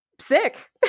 sick